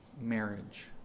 marriage